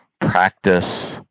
practice